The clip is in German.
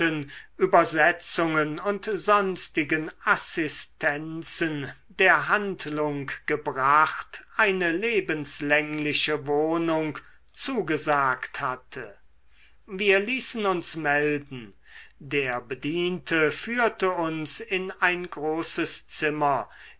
übersetzungen und sonstigen assistenzen der handlung gebracht eine lebenslängliche wohnung zugesagt hatte wir ließen uns melden der bediente führte uns in ein großes zimmer